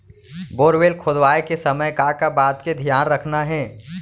Borewell खोदवाए के समय का का बात के धियान रखना हे?